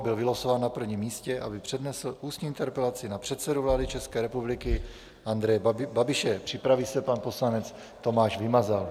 Byl vylosován na prvním místě, aby přednesl ústní interpelaci na předsedu vlády České republiky Andreje Babiše, připraví se pan poslanec Tomáš Vymazal.